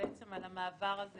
המעבר הזה